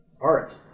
art